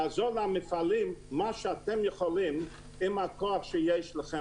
תעזרו למפעלים כמו שאתם יכולים עם הכוח שיש לכם